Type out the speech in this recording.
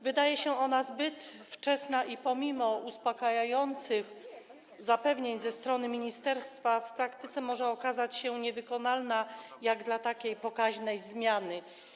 Wydaje się ona zbyt wczesna i pomimo uspokajających zapewnień ze strony ministerstwa w praktyce może okazać się niewykonalna jak dla takiej pokaźnej zmiany.